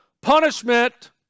punishment